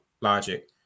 logic